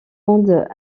monde